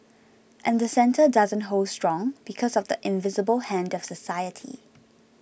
and the centre doesn't hold strong because of the invisible hand of society